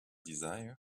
desires